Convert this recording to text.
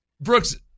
Brooks